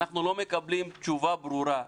אנחנו לא מקבלים תשובה ברורה.